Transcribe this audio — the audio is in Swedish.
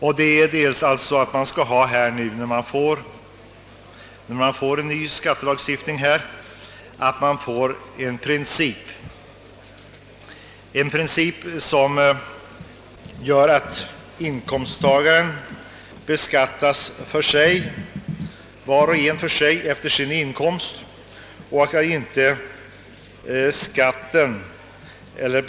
I den nya skattelagstiftningen bör man få en princip som gör att inkomsttagarna var för sig beskattas efter sina inkomster.